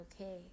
okay